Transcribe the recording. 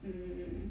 mm